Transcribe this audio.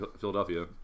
Philadelphia